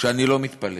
שאני לא מתפלא